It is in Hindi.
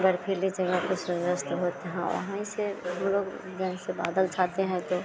बर्फ़ीली जगह पर सूर्य अस्त होता हाँ वहीं से हमलोग जैसे बादल छाते हैं तो